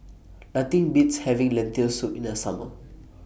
Nothing Beats having Lentil Soup in The Summer